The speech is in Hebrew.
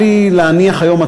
מי שמגדל בעלי-חיים,